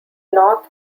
north